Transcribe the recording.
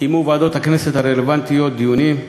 קיימו ועדות הכנסת הרלוונטיות דיונים.